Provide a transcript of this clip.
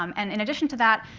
um and in addition to that,